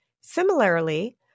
Similarly